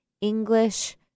English